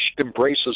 embraces